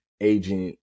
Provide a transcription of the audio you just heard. agent